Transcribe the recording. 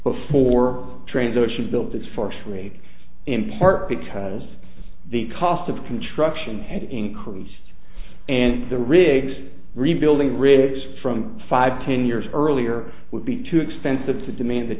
before trans ocean build this for free in part because the cost of construction and increased and the rigs rebuilding rigs from five ten years earlier would be too expensive to demand th